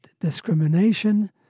discrimination